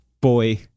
Boy